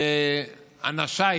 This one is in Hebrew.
שאנשיי